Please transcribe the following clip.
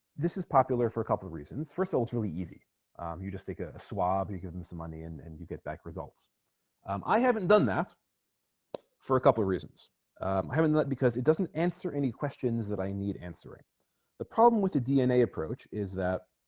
this is popular for a couple of reasons first of all it's really easy you just take a swab you give them some money and and you get back results um i haven't done that for a couple of reasons i haven't looked because it doesn't answer any questions that i need answering the problem with the dna approach is that